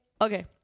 okay